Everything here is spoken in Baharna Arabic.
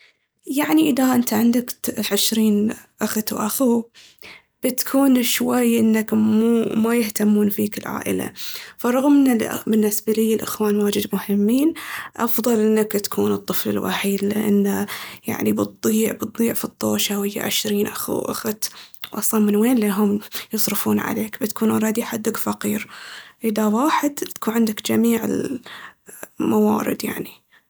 يعني إذا أنت عندك أخت وأخو بتكون شوي إنك مو- ما يهتمون فيك العائلة. فرغم إن بالنسبة ليي الإخوان واجد مهمين، أفضل أنك تكون الطفل الوحيد، لأن يعني بتضيع بتضيع في الطوشة ويا عشرين أخ وأخت. أصلاً من وين ليهم يصرفون عليك؟ بتكون أولردي حدك فقير. إذا واحد تكون عندك جميع الموارد يعني.